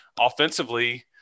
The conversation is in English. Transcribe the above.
offensively